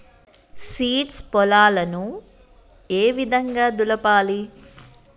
Seeds పొలాలను ఏ విధంగా దులపాలి?